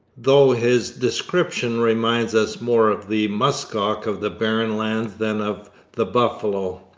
though his description reminds us more of the musk ox of the barren lands than of the buffalo.